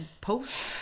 post